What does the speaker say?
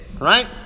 right